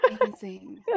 Amazing